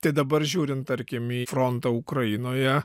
tai dabar žiūrint tarkim į frontą ukrainoje